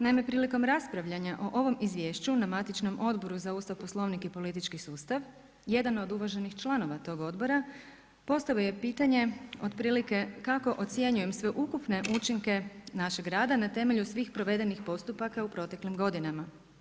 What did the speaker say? Naime, prilikom raspravljanja o ovom izvješću na matičnom Odboru za Ustav, Poslovnik i politički sustav jedan od uvaženih članova tog odbora postavio je pitanje otprilike kako ocjenjujem sveukupne učinke našeg rada na temelju svih provedenih postupaka u proteklim godinama.